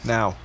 Now